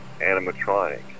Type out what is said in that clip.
animatronic